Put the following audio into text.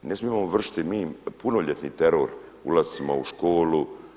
Ne mijemo vršiti mi punoljetni teror ulascima u školu.